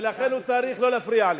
ולכן הוא צריך לא להפריע לי.